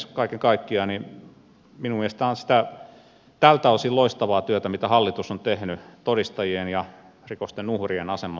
kaiken kaikkiaan minun mielestäni tämä on tältä osin loistavaa työtä mitä hallitus on tehnyt todistajien ja rikosten uhrien aseman parantamiseksi